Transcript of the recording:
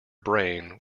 brain